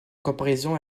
comparaison